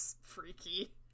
freaky